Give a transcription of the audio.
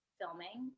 filming